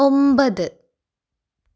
ഒമ്പത്